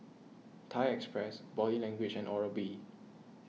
Thai Express Body Language and Oral B